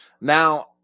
Now